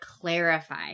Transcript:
clarify